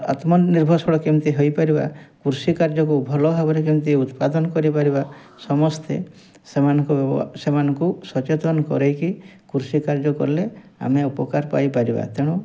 ଆତ୍ମନିର୍ଭଶୀଳ କେମିତି ହୋଇପାରିବା କୃଷି କାର୍ଯ୍ୟକୁ ଭଲ ଭାବରେ କେମିତି ଉତ୍ପାଦନ କରିପାରିବା ସମସ୍ତେ ସେମାନଙ୍କୁ ସେମାନଙ୍କୁ ସଚେତନ କରେଇକି କୃଷି କାର୍ଯ୍ୟ କଲେ ଆମେ ଉପକାର ପାଇ ପାରିବା ତେଣୁ